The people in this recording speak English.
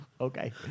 Okay